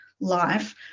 life